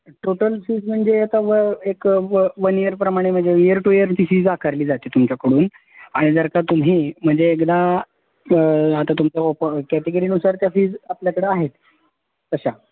total fees म्हणजे आता व एक व वन इयरप्रमाणे म्हणजे इयर टू इयरची फीज आकारली जाते तुमच्याकडून आणि जर का तुम्ही म्हणजे एकदा आता तुमच्या ओप कॅटेगरीनुसार त्या फीज आपल्याकडं आहेत तशा